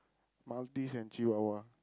Maltese and Chihuahua